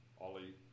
Ollie